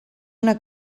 una